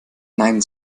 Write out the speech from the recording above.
nein